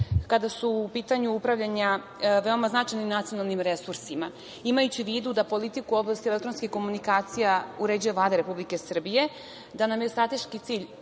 kada su u pitanju upravljanja veoma značajnim nacionalnim resursima. Imajući u vidu da politiku u oblasti elektronskih komunikacija uređuje Vlada Republike Srbije, da nam je strateški cilj,